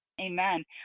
Amen